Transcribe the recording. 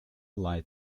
light